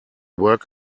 work